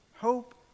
hope